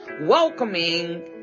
welcoming